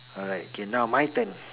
alright K now my turn